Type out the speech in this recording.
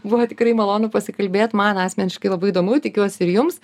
buvo tikrai malonu pasikalbėt man asmeniškai labai įdomu tikiuosi ir jums